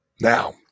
Now